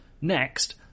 Next